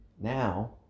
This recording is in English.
now